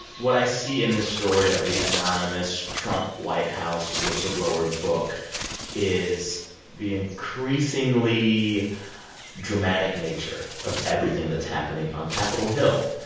what i see in this story of the anonymous trump white house whistleblower book is the increasingly dramatic nature of everything that's happening on capitol hill.